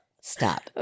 Stop